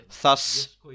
Thus